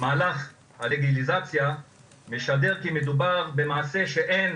מהלך הלגליזציה משדר שמדובר במעשה שאין